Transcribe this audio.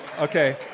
Okay